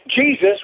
Jesus